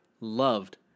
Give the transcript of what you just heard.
loved